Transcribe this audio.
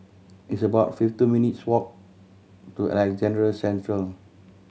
it's about fifty two minutes walk to Alexandra Central